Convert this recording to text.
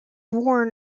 worn